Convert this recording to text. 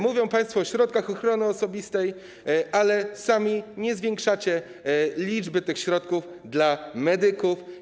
Mówią państwo o środkach ochrony osobistej, ale sami nie zwiększacie ilości tych środków dla medyków.